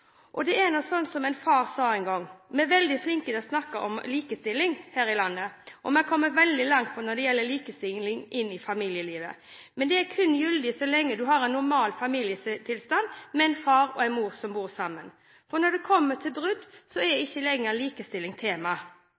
og som fungerer veldig bra der. Det er slik som en far sa en gang: Vi er veldig flinke til å snakke om likestilling her i landet, og vi har kommet veldig langt når det gjelder likestilling i familielivet. Men det er kun gyldig så lenge du har en normal familietilstand, med en far og en mor som bor sammen. Når det blir brudd, er ikke lenger likestilling